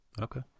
Okay